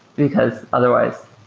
because otherwise